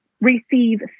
receive